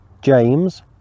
James